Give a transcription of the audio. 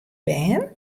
bern